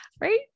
Right